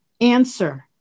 answer